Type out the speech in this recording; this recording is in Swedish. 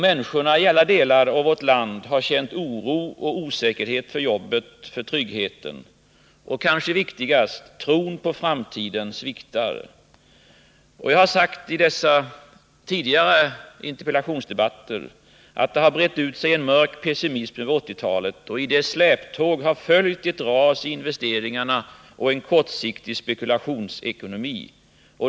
Människorna i alla delar av vårt land har känt oro och osäkerhet för jobbet, för tryggheten. Och kanske viktigast: Tron på framtiden sviktar. Jag har sagt i dessa tidigare interpellationsdebatter att det har brett ut sig en mörk pessimism över 1980-talet, och i dess släptåg har följt ett ras i investeringarna och en kortsiktig spekulationsekonomi.